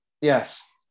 Yes